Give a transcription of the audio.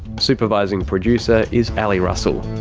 supervising producer is ali russell.